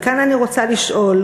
וכאן אני רוצה לשאול: